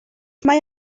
mae